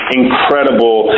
incredible